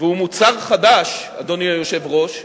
והוא מוצר חדש, אדוני היושב-ראש,